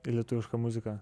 į lietuvišką muziką